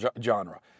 genre